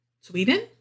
Sweden